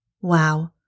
Wow